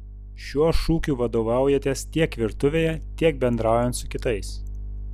šiuo šūkiu vadovaujatės tiek virtuvėje tiek bendraujant su kitais